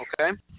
Okay